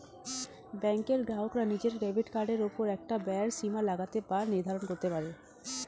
ব্যাঙ্কের গ্রাহকরা নিজের ডেবিট কার্ডের ওপর একটা ব্যয়ের সীমা লাগাতে বা নির্ধারণ করতে পারে